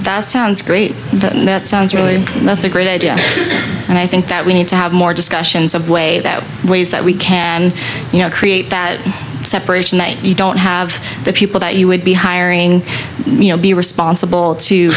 all sounds great that sounds really that's a great idea and i think that we need to have more discussions of way that ways that we can create that separation that you don't have the people that you would be hiring you know be responsible to